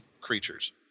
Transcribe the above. creatures